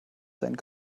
seinen